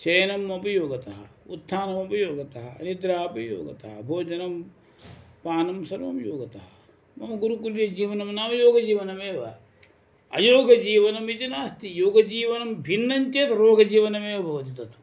शयनम् अपि योगतः उत्थानमपि योगतः निद्रा अपि योगतः भोजनं पानं सर्वं योगतः मम गुरुकुलीयजीवनं नाम योगजीवनमेव अयोगजीवनमिति नास्ति योगजीवनं भिन्नं चेत् रोगजीवनमेव भवति तत्